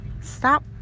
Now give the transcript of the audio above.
stop